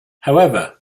however